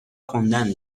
خوندن